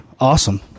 Awesome